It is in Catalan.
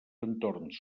entorns